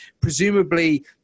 Presumably